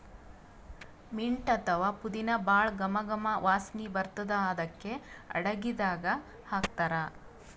mint ಅಥವಾ ಪುದಿನಾ ಭಾಳ್ ಘಮ್ ಘಮ್ ವಾಸನಿ ಬರ್ತದ್ ಅದಕ್ಕೆ ಅಡಗಿದಾಗ್ ಹಾಕ್ತಾರ್